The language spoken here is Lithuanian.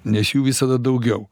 nes jų visada daugiau